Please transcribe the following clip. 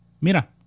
mira